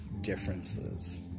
differences